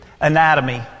Anatomy